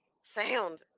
sound